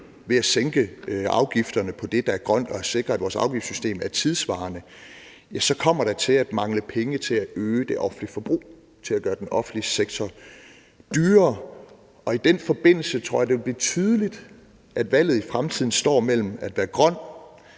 ved at sænke afgifterne på det, der er grønt, og sikre, at vores afgiftssystem er tidssvarende, kommer til at mangle penge til at øge det offentlige forbrug, til at gøre den offentlige sektor større. I den forbindelse tror jeg, at det vil blive tydeligt, at valget i fremtiden står mellem at være grøn